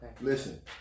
Listen